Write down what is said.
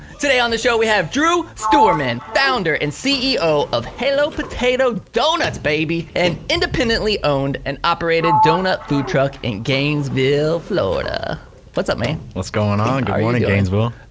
today on the show we have drew stuerman, founder and ceo of halo potato donuts baby. an independently owned and operated donut food truck in gainesville, florida florida what's up man? what's going on, good morning gainesville.